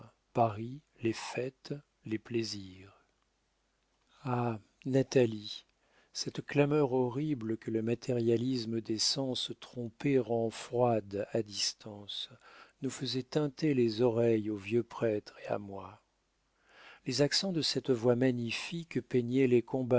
paris les fêtes les plaisirs ah natalie cette clameur horrible que le matérialisme des sens trompés rend froide à distance nous faisait tinter les oreilles au vieux prêtre et à moi les accents de cette voix magnifique peignaient les